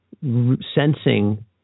sensing